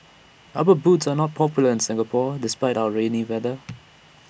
rubber boots are not popular in Singapore despite our rainy weather